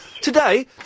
Today